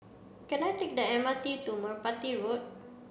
can I take the M R T to Merpati Road